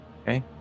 Okay